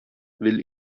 will